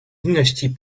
dynastie